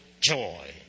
joy